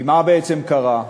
כי מה בעצם קרה?